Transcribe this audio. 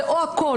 זה או הכול,